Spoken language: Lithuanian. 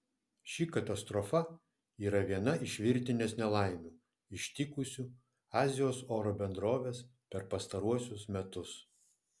ši katastrofa yra viena iš virtinės nelaimių ištikusių azijos oro bendroves per pastaruosius metus